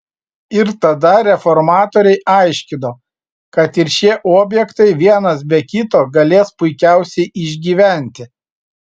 ir tada reformatoriai aiškino kad ir šie objektai vienas be kito galės puikiausiai išgyventi